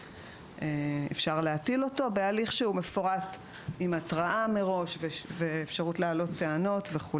אפשר להטיל אותו בהליך שהוא מפורט עם התראה מראש ואפשרות להעלות טענות.